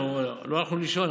לא הלכנו לישון,